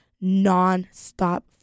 non-stop